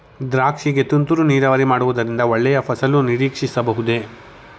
ದ್ರಾಕ್ಷಿ ಗೆ ತುಂತುರು ನೀರಾವರಿ ಮಾಡುವುದರಿಂದ ಒಳ್ಳೆಯ ಫಸಲು ನಿರೀಕ್ಷಿಸಬಹುದೇ?